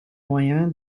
moyens